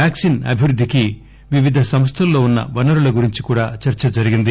vaccine అభివృద్దికి వివిధ సంస్థల్లో వున్న వనరుల గురించి కూడా చర్చ జరిగింది